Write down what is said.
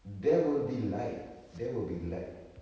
there will be light there will be light